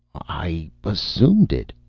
i assumed it,